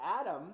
Adam